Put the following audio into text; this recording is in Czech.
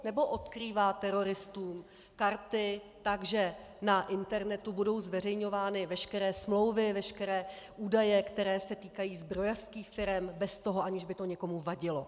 Anebo odkrývá teroristům karty tak, že na internetu budou zveřejňovány veškeré smlouvy, veškeré údaje, které se týkají zbrojařských firem, bez toho, aby to někomu vadilo.